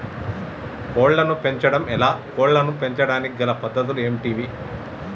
కోళ్లను పెంచడం ఎలా, కోళ్లను పెంచడానికి గల పద్ధతులు ఏంటివి?